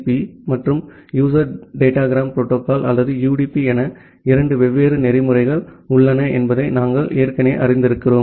B மற்றும் user datagram protocol அல்லது UDP என இரண்டு வெவ்வேறு புரோட்டோகால்கள் உள்ளன என்பதை நாங்கள் ஏற்கனவே அறிந்திருக்கிறோம்